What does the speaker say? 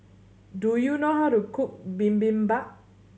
do you know how to cook Bibimbap